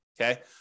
okay